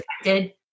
affected